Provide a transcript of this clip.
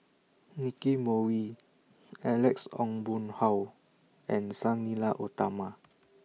Nicky Moey Alex Ong Boon Hau and Sang Nila Utama